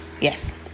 yes